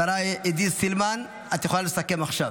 השרה עידית סילמן, את יכולה לסכם עכשיו.